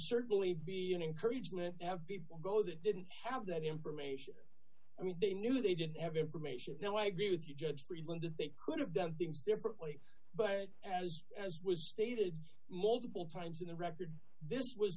certainly be an encouragement to have people go that didn't have that information i mean they knew they didn't have information no i agree with the judge friedlander they could have done things differently but as was stated multiple times in the record this was